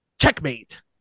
Checkmate